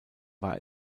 war